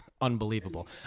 unbelievable